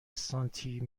سانتی